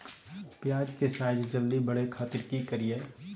प्याज के साइज जल्दी बड़े खातिर की करियय?